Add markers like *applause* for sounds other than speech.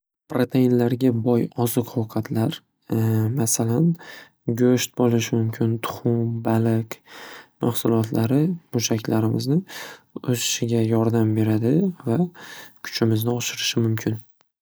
Protainga boy oziq ovqatlar *hesitation* masalan go'sht bo'lishi mumkin. Tuxum, baliq mahsulotlari mushaklarimizni o'sishiga yordam beradi va kuchimizni oshirishi mumkin.